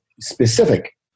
specific